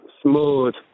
smooth